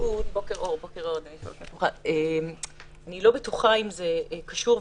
לא בטוחה אם זה קשור,